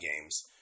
games